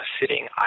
sitting